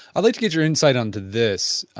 i like to get your insight on to this.